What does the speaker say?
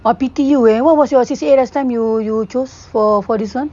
I pity you eh what what's your C_C_A last time you you choose for for this [one]